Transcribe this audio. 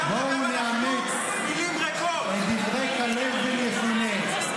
-- בואו נאמץ את דברי כלב בן יפונה: